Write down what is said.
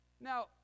Now